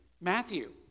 Matthew